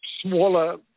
smaller